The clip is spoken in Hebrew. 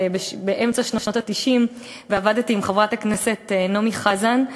באמצע שנות ה-90 ועבדתי עם חברת הכנסת נעמי חזן,